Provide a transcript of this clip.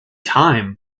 time